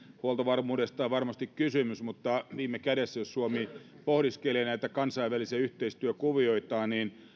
huoltovarmuudesta on varmasti kysymys mutta viime kädessä jos suomi pohdiskelee näitä kansainvälisiä yhteistyökuvioitaan